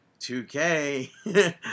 2K